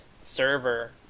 server